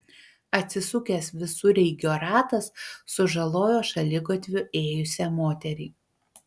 atsisukęs visureigio ratas sužalojo šaligatviu ėjusią moterį